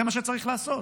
זה מה שצריך לעשות.